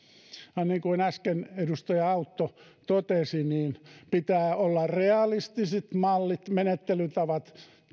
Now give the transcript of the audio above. ja niin kuin äsken edustaja autto totesi pitää olla realistiset mallit menettelytavat